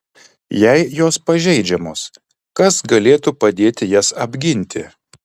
jei jos pažeidžiamos kas galėtų padėti jas apginti